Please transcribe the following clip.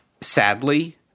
sadly